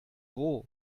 roh